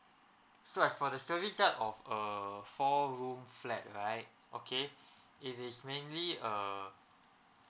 so as for the service yard of a four room flat right okay it is mainly err